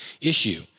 issue